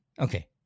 okay